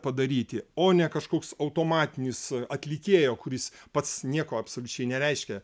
padaryti o ne kažkoks automatinis atlikėjo kuris pats nieko absoliučiai nereiškia